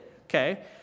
Okay